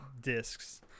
discs